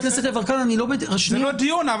זה לא דיון.